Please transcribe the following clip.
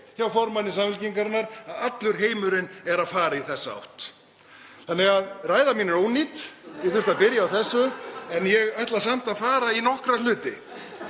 hjá formanni Samfylkingarinnar að allur heimurinn er að fara í þá átt. Ræða mín er ónýt því að ég þurfti að byrja á þessu en ég ætla samt að fara í nokkra hluti.